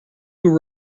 who